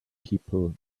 people